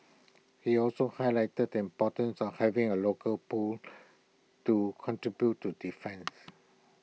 he also highlighted the importance of having A local pool to contribute to defence